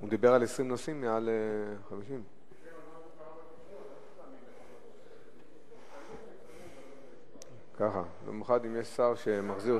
הוא דיבר על 20 נוסעים מעל 50. הוא דיבר על מה שקרא בתקשורת.